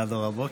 עד אור הבוקר?